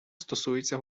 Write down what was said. стосується